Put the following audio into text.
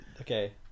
Okay